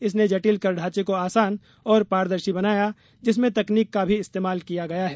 इसने जटिल कर ढांचे को आसान और पारदर्शी बनाया जिसमें तकनीक का भी इस्तेमाल किया गया है